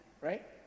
right